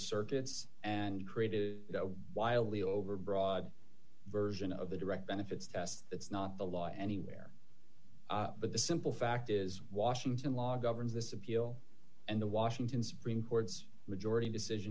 circuits and created a wildly overbroad version of the direct benefits test that's not the law anywhere but the simple fact is washington law governs this appeal and the washington supreme court's majority decision